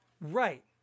Right